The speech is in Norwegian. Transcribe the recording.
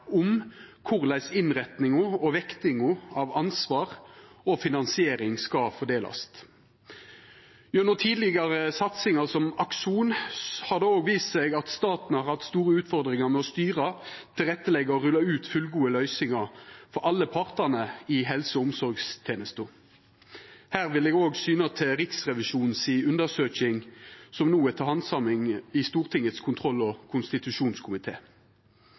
om korleis innretninga og vektinga av ansvar og finansiering skal fordelast. Gjennom tidlegare satsingar, som Akson, har det òg vist seg at staten har hatt store utfordringar med å styra, leggja til rette og rulla ut fullgode løysingar for alle partane i helse- og omsorgstenesta. Her vil eg òg syna til undersøkinga frå Riksrevisjonen som no er til handsaming i Stortingets kontroll- og